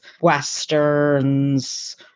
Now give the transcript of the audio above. westerns